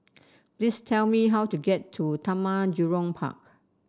please tell me how to get to Taman Jurong Park